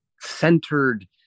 centered